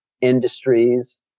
industries